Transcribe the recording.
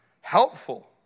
Helpful